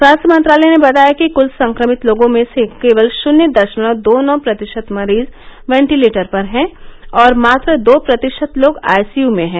स्वास्थ्य मंत्रालय ने बताया कि क्ल संक्रमित लोगों में से केवल शून्य दशमलव दो नौ प्रतिशत मरीज वेंटिलेटर पर हैं और मात्र दो प्रतिशत लोग आईसीयू में हैं